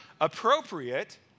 appropriate